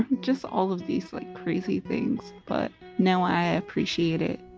just all of these like crazy things but now i appreciate it